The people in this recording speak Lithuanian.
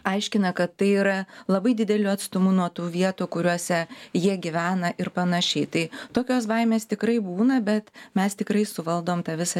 aiškina kad tai yra labai dideliu atstumu nuo tų vietų kuriose jie gyvena ir panašiai tai tokios baimės tikrai būna bet mes tikrai suvaldom tą visą